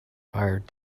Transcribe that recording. fired